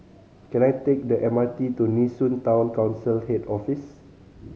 can I take the M R T to Nee Soon Town Council Head Office